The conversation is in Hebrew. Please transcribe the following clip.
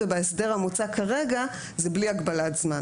בהסדר המוצע כרגע זה ללא הגבלת זמן,